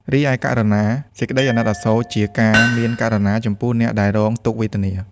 រីឯករុណា សេចក្ដីអាណិតអាសូរជា ការមានករុណាចំពោះអ្នកដែលរងទុក្ខវេទនា។